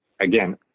again